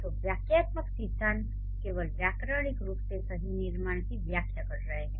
तो वाक्यात्मक सिद्धांत केवल व्याकरणिक रूप से सही निर्माण की व्याख्या कर सकते हैं